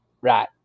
right